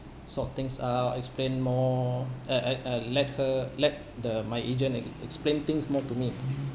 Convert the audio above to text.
sort things out explain more uh uh uh let her let the my agent e~ explain things more to me